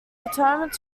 determined